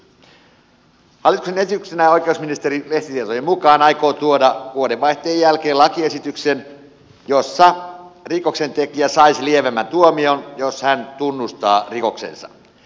hallituksen esityksenä oikeusministeri lehtitietojen mukaan aikoo tuoda vuodenvaihteen jälkeen lakiesityksen jossa rikoksentekijä saisi lievemmän tuomion jos hän tunnustaa rikoksensa